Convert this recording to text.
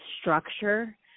structure